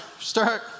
start